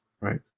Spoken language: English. Right